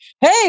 hey